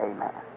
Amen